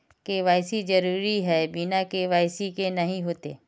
KYC जरुरी है बिना के.वाई.सी के नहीं होते?